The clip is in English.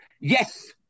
Yes